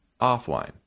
offline